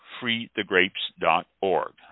FreeTheGrapes.org